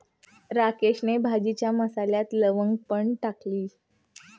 राकेशने भाजीच्या मसाल्यात लवंग पण टाकली